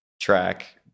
track